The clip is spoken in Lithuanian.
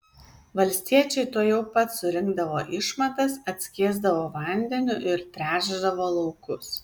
valstiečiai tuojau pat surinkdavo išmatas atskiesdavo vandeniu ir tręšdavo laukus